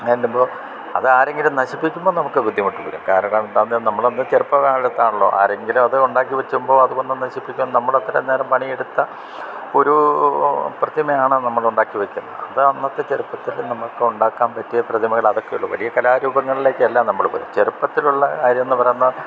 ചെല്ലുമ്പോൾ അത് ആരെങ്കിലും നശിപ്പിക്കുമ്പം നമുക്ക് ബുദ്ധിമുട്ട് വരും കാരണം എന്താന്തെ നമ്മളന്ന് ചെറുപ്പം കാലത്താണല്ലോ ആരെങ്കിലും അത് ഒണ്ടാക്കി വെച്ചുമ്പോ അത് വന്ന് നശിപ്പിക്കും നമ്മളത്രേം നേരം പണിയെടുത്ത ഒരു പ്രതിമയാണ് നമ്മൾ ഉണ്ടാക്കി വെക്കുന്നത് അത് അന്നത്തെ ചെറുപ്പത്തിൽ നമുക്ക് ഉണ്ടാക്കാൻ പറ്റിയ പ്രതിമകൾ അതൊക്കെ ഉള്ളൂ വലിയ കലാരൂപങ്ങളിലേക്കല്ലാ നമ്മള് പോയെ ചെറുപ്പത്തിലുള്ള കാര്യം എന്ന് പറഞ്ഞാൽ